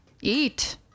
eat